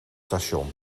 station